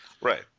Right